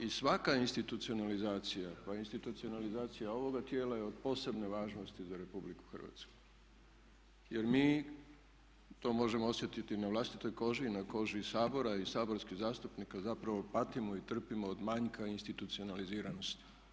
I svaka institucionalizacija, pa institucionalizacija ovoga tijela je od posebne važnosti za Republiku Hrvatsku jer mi to možemo osjetiti na vlastitoj koži i na koži i Sabora i saborskih zastupnika zapravo patimo i trpimo od manjka institucionaliziranosti.